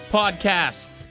podcast